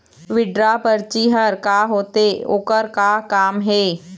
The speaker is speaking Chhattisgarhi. विड्रॉ परची हर का होते, ओकर का काम हे?